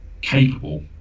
capable